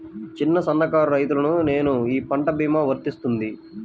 చిన్న సన్న కారు రైతును నేను ఈ పంట భీమా వర్తిస్తుంది?